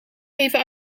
even